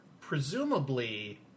presumably